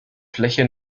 fläche